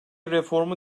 reformu